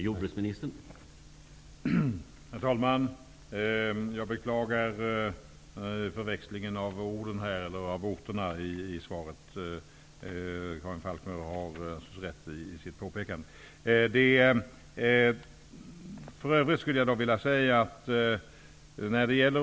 Herr talman! Jag beklagar förväxlingen av orterna i svaret. Karin Falkmer har helt rätt i sitt påpekande.